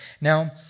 Now